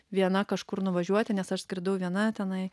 viena kažkur nuvažiuoti nes aš skridau viena tenai